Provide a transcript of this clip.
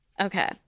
Okay